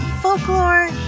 folklore